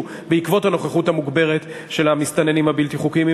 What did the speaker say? בעקבות הנוכחות המוגברת של המסתננים הבלתי-חוקיים.